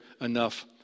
enough